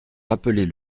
rappeler